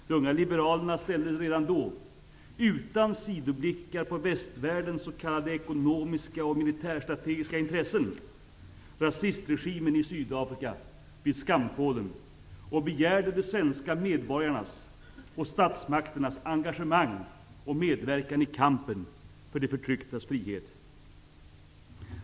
De unga liberalerna ställde redan då, utan sidoblickar på västvärldens s.k. ekonomiska och militärstrategiska intressen, rasistregimen i Sydafrika vid skampålen och begärde de svenska medborgarnas och statsmakternas engagemang och medverkan i kampen för de förtrycktas frihet.